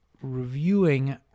reviewing